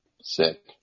Sick